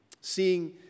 Seeing